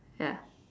ya